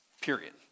period